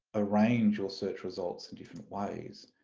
arrange your search results in different ways.